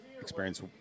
experience